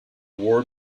wars